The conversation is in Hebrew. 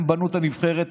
הם בנו את הנבחרת,